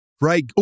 Right